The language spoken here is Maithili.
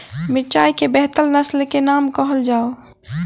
मिर्चाई केँ बेहतर नस्ल केँ नाम कहल जाउ?